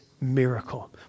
miracle